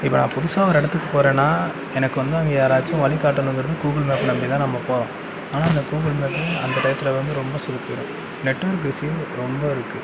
இப்போ நான் புதுசாக ஒரு இடத்துக்கு போகிறேன்னா எனக்கு வந்து அங்கே யாராச்சும் வழி காட்டணுங்கிறது கூகுள் மேப்பை நம்பி தான் நம்ம போகிறோம் ஆனால் அந்த கூகுள் மேப்பு அந்த டயத்தில் வந்து ரொம்ப சொதப்பிடும் நெட்வொர்க் இஷ்யூ ரொம்ப இருக்குது